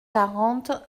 quarante